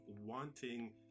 wanting